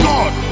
God